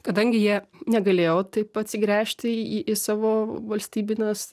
kadangi jie negalėjo taip atsigręžti į į savo valstybines